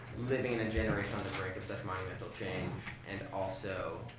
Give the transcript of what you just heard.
living in a generation on the brink of such monumental change and also,